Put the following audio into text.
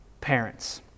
parents